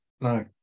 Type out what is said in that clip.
no